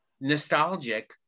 nostalgic